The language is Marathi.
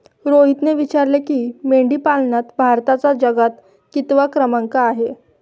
रोहितने विचारले की, मेंढीपालनात भारताचा जगात कितवा क्रमांक आहे?